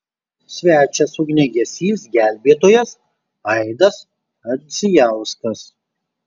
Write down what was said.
svečias ugniagesys gelbėtojas aidas ardzijauskas